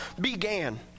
began